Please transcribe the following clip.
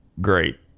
great